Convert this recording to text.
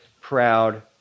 proud